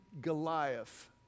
Goliath